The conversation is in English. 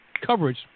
coverage